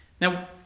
Now